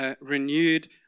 renewed